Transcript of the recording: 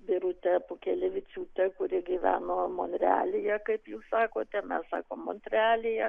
birutė pūkelevičiūtė kuri gyveno monrealyje kaip jūs sakotemes sakome montrealyje